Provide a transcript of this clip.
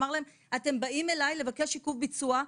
אמר להם, אתם באים אליי לבקש עיכוב ביצוע.